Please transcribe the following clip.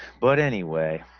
but anyway